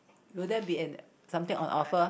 will there be and something on offer